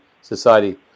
Society